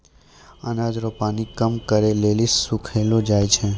अनाज रो पानी कम करै लेली सुखैलो जाय छै